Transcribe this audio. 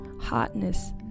hotness